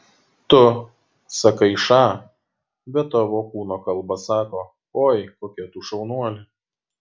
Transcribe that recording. tu sakai ša bet tavo kūno kalba sako oi kokia tu šaunuolė